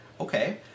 Okay